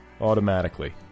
automatically